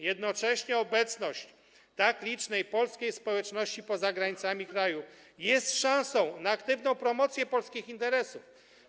Jednocześnie obecność tak licznej polskiej społeczności poza granicami kraju jest szansą na aktywną promocję polskich interesów.